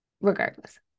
regardless